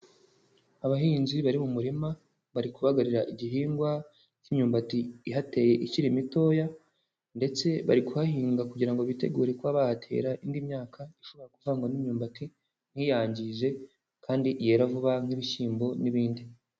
Abahinzi bari mu murima, bari kubagarira igihingwa cy'imyumbati ihateye ikiri mitoya, ndetse bari kuhahinga kugira ngo bitegure kuba bahatera indi myaka ishobora kuvangwa n'imyumbati ntiyangize kandi yera vuba, nk'ibishyimbo n'ibindi.